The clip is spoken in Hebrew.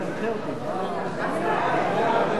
מי נמנע?